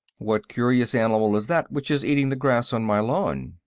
what curious animal is that which is eating the grass on my lawn?